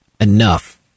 enough